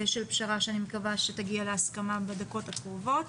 פשרה שאני מקווה שתגיע להסכמה בדקות הקרובות.